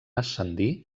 ascendir